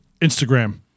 Instagram